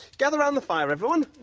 gather round the fire, everyone!